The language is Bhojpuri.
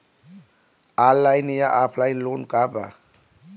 ऑनलाइन या ऑफलाइन लोन का बा?